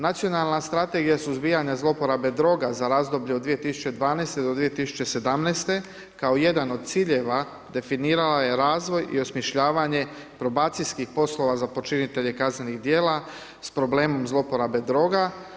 Nacionalna strategija suzbijanja zlouporabe droga za razdoblje od 2012. do 2017. kao jedan od ciljeva definirao je razvoj i osmišljavanje probacijskih poslova za počinitelje kaznenih dijela s problemom zlouporabe droga.